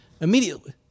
immediately